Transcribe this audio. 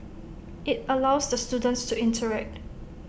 IT allows the students to interact